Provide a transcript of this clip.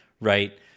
right